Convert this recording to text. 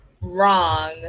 wrong